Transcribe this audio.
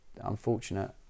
unfortunate